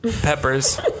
Peppers